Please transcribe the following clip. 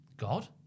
God